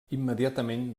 immediatament